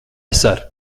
ser